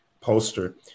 poster